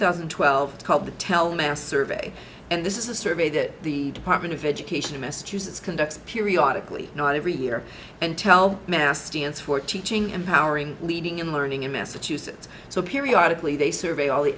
thousand and twelve called to tell me how survey and this is a survey that the department of education in massachusetts conducts periodically not every year and tell mast stands for teaching empowering leading and learning in massachusetts so periodically they survey all the